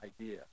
idea